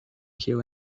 kill